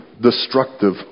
destructive